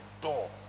door